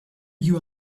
you